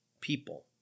people